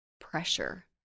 pressure